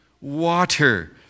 water